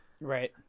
Right